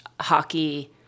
hockey